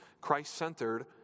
Christ-centered